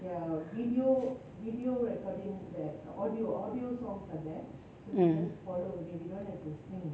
mm